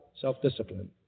self-discipline